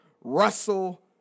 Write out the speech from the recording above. Russell